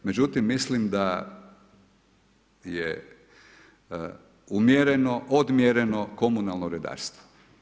Međutim, mislim da je umjereno, odmjereno komunalno redarstvo.